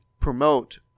promote